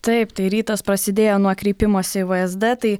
taip tai rytas prasidėjo nuo kreipimosi į vzd tai